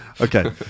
Okay